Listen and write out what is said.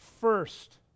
first